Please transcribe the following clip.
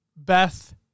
Beth